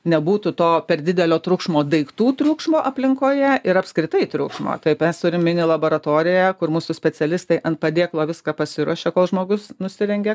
nebūtų to per didelio triukšmo daiktų triukšmo aplinkoje ir apskritai triukšmo tai mes turim mini laboratoriją kur mūsų specialistai ant padėklo viską pasiruošė kol žmogus nusirengia